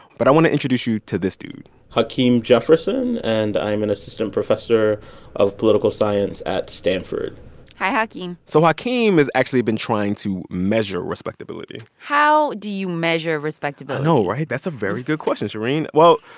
but i want to introduce you to this dude hakeem jefferson and i'm an assistant professor of political science at stanford hi, hakeem so hakeem has actually been trying to measure respectability how do you measure respectability? i know, right? that's a very good question, shereen. well,